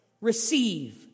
receive